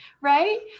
right